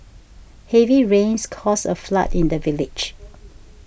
heavy rains caused a flood in the village